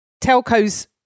telcos